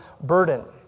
burden